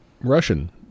Russian